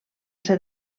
ser